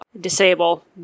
disable